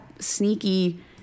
sneaky